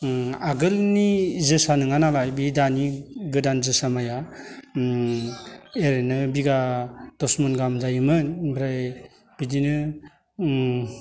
ओं आगोलनि जोसा नङा नालाय बि दानि गोदान जोसा माइआ ओम ओरैनो बिगा दसमन गाहाम जायोमोन ओमफ्राय बिदिनो ओम